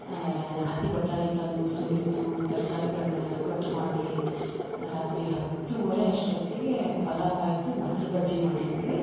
ಎಲ್ಲ ಹಸಿ ಬಟಾಣಿ ತಂದು ಸುಲಿದು ತರಕಾರಿಗಳ್ನೆಲ್ಲ ಕಟ್ ಮಾಡಿ ರಾತ್ರಿ ಹತ್ತೂವರೆ ಅಷ್ಟೊತ್ತಿಗೆ ಪಲಾವ್ ಆಯಿತು ಮೊಸರು ಬಜ್ಜಿ ಮಾಡಿದ್ವಿ